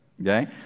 okay